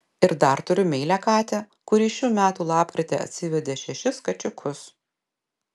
ir dar turiu meilią katę kuri šių metų lapkritį atsivedė šešis kačiukus